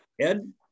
Ed